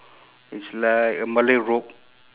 it's like a malay robe